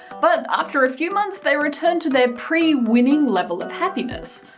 but after a few months they returned to their pre-winning level of happiness.